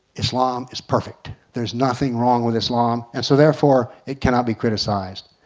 islam is perfect. there's nothing wrong with islam and so therefore it cannot be criticised.